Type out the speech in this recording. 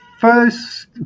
first